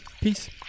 Peace